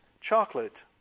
chocolate